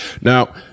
Now